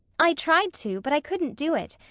i tried to, but i couldn't do it,